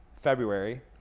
February